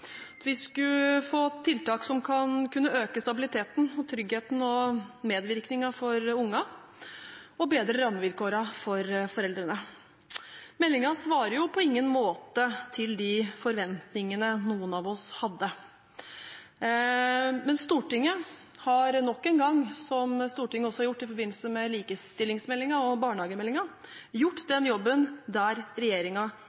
forholdene. Vi skulle få tiltak som kunne øke stabiliteten, tryggheten og medvirkningen for ungene, og bedre rammevilkårene for foreldrene. Meldingen svarer på ingen måte til de forventningene noen av oss hadde. Men Stortinget har nok en gang, som Stortinget også har gjort i forbindelse med likestillingsmeldingen og barnehagemeldingen, gjort